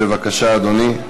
בבקשה, אדוני.